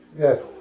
yes